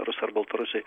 rusai ar baltarusiai